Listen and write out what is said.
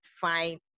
fine